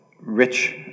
rich